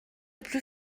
plus